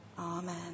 Amen